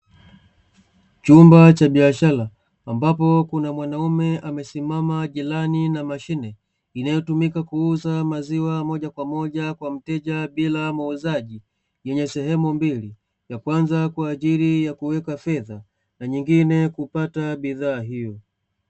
Chumba cha biashara ambapo kuna mwanaume amesimama jirani na mashine, inayotumika kuuza maziwa moja kwa moja kwa mteja bila muuzaji; yenye sehemu mbili, ya kwanza kwa ajili ya kuweka fedha na nyingine kupata bidhaa hiyo.